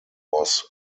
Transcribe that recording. was